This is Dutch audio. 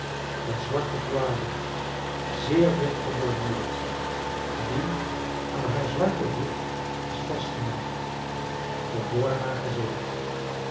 eene zwarte voile zeer dicht geborduurd die aan haar zwarten hoed was vastgemaakt verborg haar gezicht